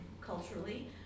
culturally